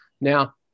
Now